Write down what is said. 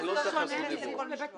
אני לא נותן לך זכות דיבור.